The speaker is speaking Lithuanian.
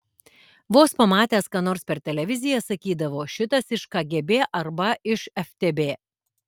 vos pamatęs ką nors per televiziją sakydavo šitas iš kgb arba iš ftb